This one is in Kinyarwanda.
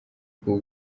rwo